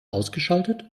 ausgeschaltet